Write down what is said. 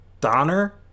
Donner